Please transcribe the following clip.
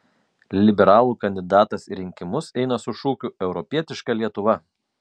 liberalų kandidatas į rinkimus eina su šūkiu europietiška lietuva